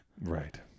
Right